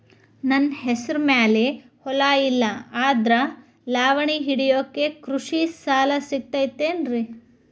ನನ್ನ ಹೆಸರು ಮ್ಯಾಲೆ ಹೊಲಾ ಇಲ್ಲ ಆದ್ರ ಲಾವಣಿ ಹಿಡಿಯಾಕ್ ಕೃಷಿ ಸಾಲಾ ಸಿಗತೈತಿ ಏನ್ರಿ?